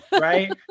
right